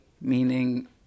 meaning